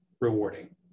rewarding